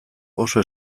oso